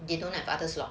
they don't have other slot